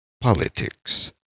Politics